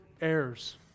heirs